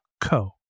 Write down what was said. co